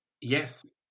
Yes